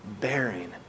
bearing